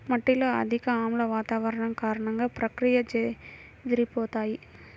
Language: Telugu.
మట్టిలో అధిక ఆమ్ల వాతావరణం కారణంగా, ప్రక్రియలు చెదిరిపోతాయి